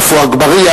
עפו אגבאריה,